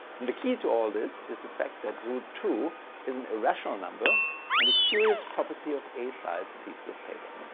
and the key to all this is the fact that root two is an irrational number and a curious property of a size pieces of paper.